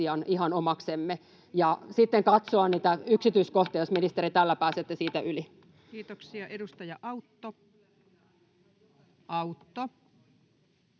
ja sitten katsoa niitä yksityiskohtia, jos, ministeri, tällä pääsette siitä yli. Kiitoksia. — Edustaja Autto.